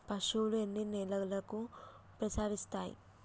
పశువులు ఎన్ని నెలలకు ప్రసవిస్తాయి?